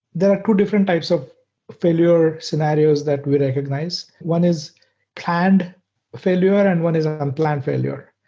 there are two different types of failure scenarios that we recognize. one is planned failure and one is an unplanned failure.